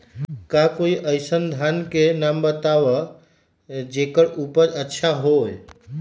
का कोई अइसन धान के नाम बताएब जेकर उपज अच्छा से होय?